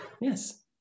Yes